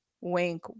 Wink